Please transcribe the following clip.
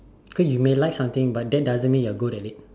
okay you may like something but that doesn't mean you are good at it